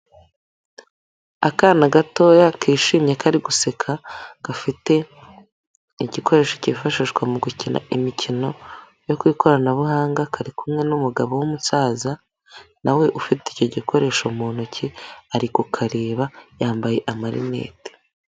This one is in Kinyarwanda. Akana gatoya kishimye kari guseka, gafite igikoresho cyifashishwa mu gukina imikino yo ku ikoranabuhanga, kari kumwe n'umugabo w'umusaza na we ufite icyo gikoresho mu ntoki, ari ukareba, yambaye amarinete.